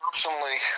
personally